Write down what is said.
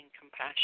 compassion